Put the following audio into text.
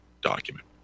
document